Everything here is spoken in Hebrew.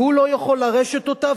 והוא לא יכול לרשת אותה,